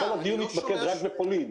לא כל הדיון התמקד רק במסעות לפולין.